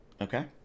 Okay